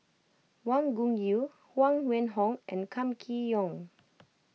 Wang Gungwu Huang Wenhong and Kam Kee Yong